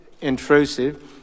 intrusive